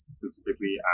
specifically